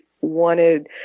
wanted